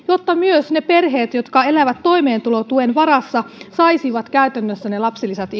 jotta myös ne perheet jotka elävät toimeentulotuen varassa saisivat käytännössä ne lapsilisät